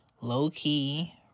low-key